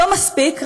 לא מספיק,